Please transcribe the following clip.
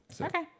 okay